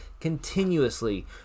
continuously